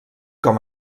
com